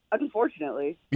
Unfortunately